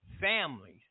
families